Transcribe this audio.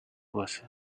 was